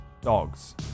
dogs